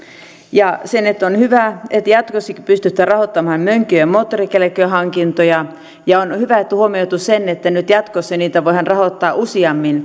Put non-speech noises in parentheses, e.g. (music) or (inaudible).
ja se on hyvä että jatkossakin pystytään rahoittamaan mönkijä ja moottorikelkkahankintoja ja on hyvä että on huomioitu se että nyt jatkossa niitä voidaan rahoittaa useammin (unintelligible)